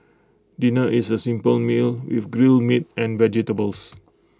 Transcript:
dinner is A simple meal with grilled meat and vegetables